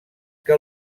que